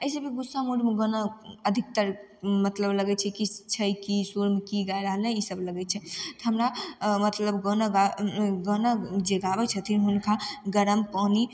अइ सबमे गुस्सा मूडमे गाना अधिकतर मतलब लगय छै छै कि सुर की गा रहलइए ईसब नहि लगय छै तऽ हमरा मतलब गाना गा गाना जे गाबय छथिन हुनका गरम पानि